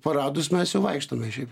paradus mes vaikštome šiaip